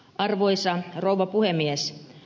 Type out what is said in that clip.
arvoisa rouva puhemies